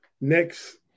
next